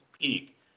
peak